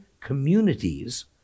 communities